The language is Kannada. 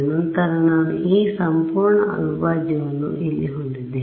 ನಂತರ ನಾನು ಈ ಸಂಪೂರ್ಣ ಅವಿಭಾಜ್ಯವನ್ನು ಇಲ್ಲಿ ಹೊಂದಿದ್ದೇನೆ